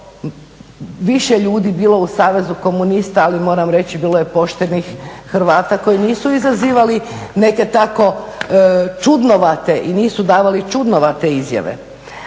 više ljudi bilo u savezu komunista, ali moram reći bilo je poštenih Hrvata koji nisu izazivali neke tako čudnovate i nisu davali čudnovate izjave.